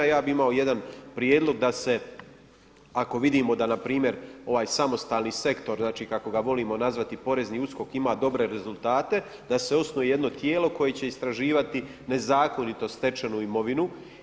I ja bi imao jedan prijedlog da se ako vidimo da npr. ovaj samostalni sektor znači kako ga volimo nazvati porezni USKOK ima dobre rezultate da se osnuje jedno tijelo koje će istraživati nezakonito stečenu imovinu.